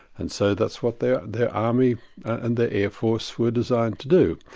and so that's what their their army and their air force were designed to do.